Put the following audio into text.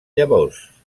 llavors